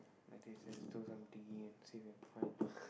at least let's do something see if can find